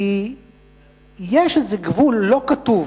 כי יש איזה גבול לא כתוב,